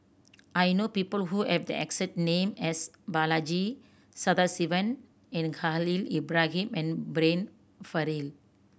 I know people who have the exact name as Balaji Sadasivan and Khalil Ibrahim and Brian Farrell